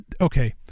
okay